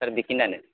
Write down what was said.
सार बेखिनियानो